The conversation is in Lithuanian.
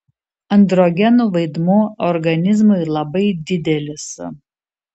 androgenų vaidmuo organizmui labai didelis